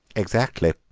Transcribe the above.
exactly,